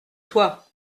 toi